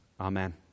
Amen